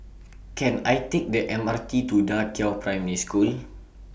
Can I Take The M R T to DA Qiao Primary School